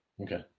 Okay